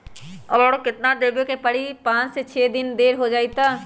और केतना देब के परी पाँच से छे दिन देर हो जाई त?